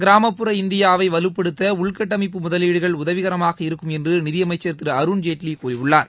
கிராமப்புற இந்தியாவை வலுப்படுத்த உள்கட்டமைப்பு முதலீடுகள் உதவிகரமாக இருக்கும் என்று நிதியமைச்சர் திரு அருண்ஜேட்லி கூறியுள்ளார்